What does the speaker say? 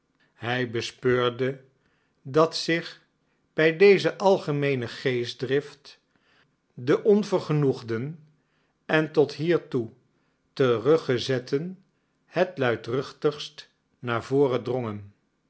hij bespeurde dat zich bij deze algemeene geestdrift de onvergenoegden en tot hiertoe teruggezetten het luidruchtigst naar voren drongen